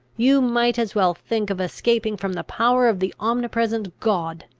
you might as well think of escaping from the power of the omnipresent god,